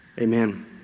Amen